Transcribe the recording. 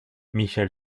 michel